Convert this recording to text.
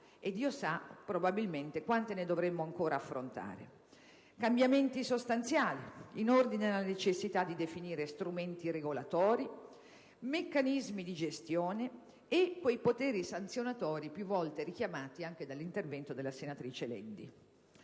ancora, probabilmente, ne dovremo ancora affrontare. Cambiamenti sostanziali, in ordine alla necessità di definire strumenti regolatori, meccanismi di gestione e poteri sanzionatori, più volte richiamati anche dall'intervento della senatrice Leddi.